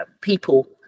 people